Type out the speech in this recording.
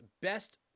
best